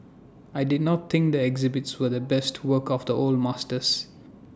I did not think the exhibits were the best works of the old masters